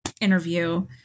interview